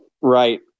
Right